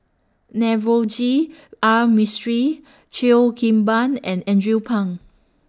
Navroji R Mistri Cheo Kim Ban and Andrew Phang